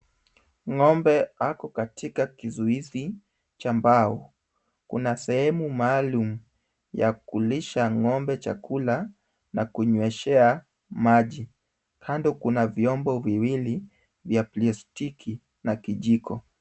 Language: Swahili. Ng'ombe ako katika kizuizi cha mbao. Kuna sehemu maalum ya kulisha ng'ombe chakula na kunyweshea maji. Kando kuna vyombo viwili vya plastiki na kijiko.